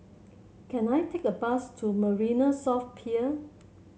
can I take a bus to Marina South Pier